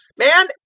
man,